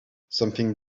something